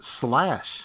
Slash